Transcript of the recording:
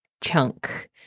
chunk